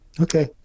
Okay